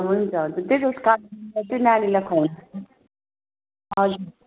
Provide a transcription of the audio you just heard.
हुन्छ हुन्छ त्यही त चाहिँ नानीलाई खुवाउँ हजुर